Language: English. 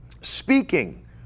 Speaking